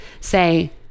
say